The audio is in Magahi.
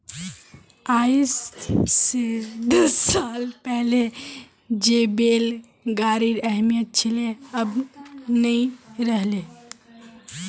आइज स दस साल पहले जे बैल गाड़ीर अहमियत छिले अब नइ रह ले